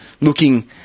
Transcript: looking